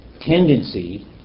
tendency